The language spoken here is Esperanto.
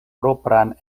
propran